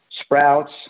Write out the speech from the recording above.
Sprouts